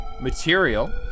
material